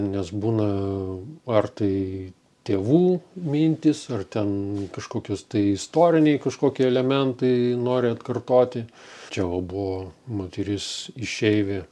nes būna ar tai tėvų mintys ar ten kažkokius tai istoriniai kažkokie elementai nori atkartoti čia va buvo moteris išeivė